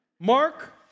Mark